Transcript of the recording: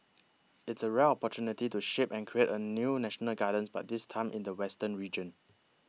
it's a rare opportunity to shape and create a new national gardens but this time in the western region